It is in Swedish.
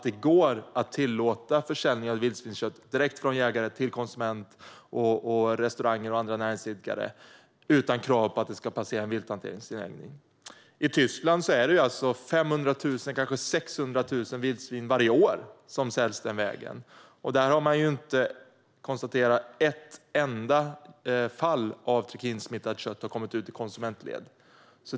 Det går att tillåta försäljning av vildsvinskött direkt från jägare till konsument, restauranger och andra näringsidkare utan krav på att det ska passera en vilthanteringsanläggning. I Tyskland är det 500 000 kanske 600 000 vildsvin varje år som säljs den vägen. Där har man inte konstaterat ett enda fall av att trikinsmittat kött har kommit ut i konsumentled.